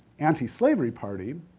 anti-slavery party,